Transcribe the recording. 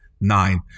nine